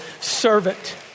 servant